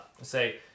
say